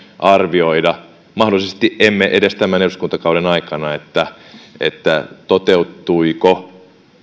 arvioida mahdollisesti emme edes tämän eduskuntakauden aikana toteutuiko